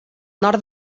nord